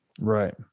Right